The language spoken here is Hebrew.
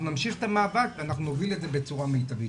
אנחנו נמשיך את המאבק ואנחנו נוביל את זה בצורה מיטבית.